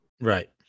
Right